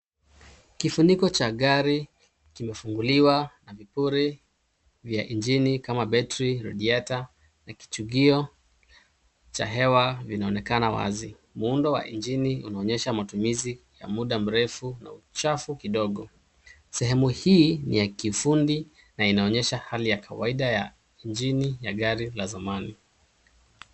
Kifuniko cha gari kimefunguliwa na vipuri vya injini kama betri radiator na kichungio cha hewa vinaonekana wazi. Muundo wa injini unaonesha matumizi ya muda mrefu na uchafu kidogo. sehemu hii ni ya kiufundi na inaonyesha hali ya kawaida ya injini ya gari la zamani.